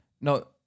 No